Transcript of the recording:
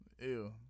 ew